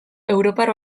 europar